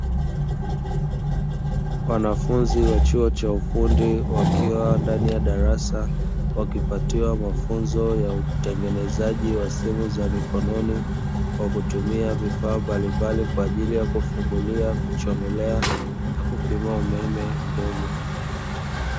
Wanafunzi wa chuo cha ufundi wakiwa ndani ya darasa, wakipatiwa mafunzo ya utengenezaji wa simu za mikononi, kwa kutumia vifaa mbalimbali, kwa ajili ya kufungulia, kuchomelea, na kupima umeme mdogo.